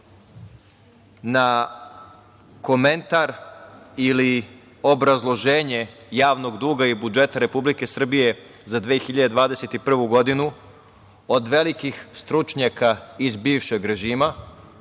na komentar ili obrazloženje javnog duga i budžeta Republike Srbije za 2021. godinu od velikih stručnjaka iz bivšeg režima,